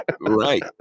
right